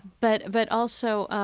but but also,